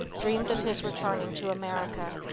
dreamed of his returning to america.